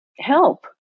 Help